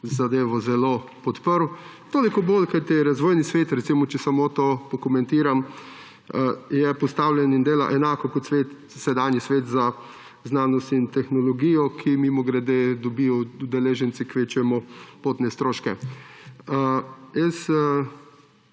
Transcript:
zadevo zelo podprl. Toliko bolje, kajti Razvojni svet, recimo, če samo to pokomentiram, je postavljen in dela enako kot sedanji Svet za znanost in tehnologijo, kjer, mimogrede, dobijo udeleženci kvečjemu potne stroške. Tej